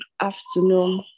afternoon